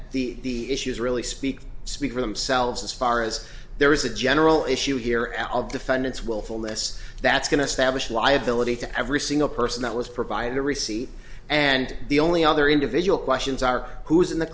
that the issues really speak speak for themselves as far as there is a general issue here at all defendants willfulness that's going to stablish liability to every single person that was provided a receipt and the only other individual questions are who is in the